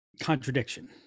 contradiction